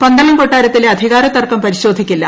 പന്തളം കൊട്ടാരത്തിലെ അധികാര തർക്കം പരിശോധിക്കില്ല